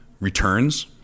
returns